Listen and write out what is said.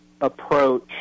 approach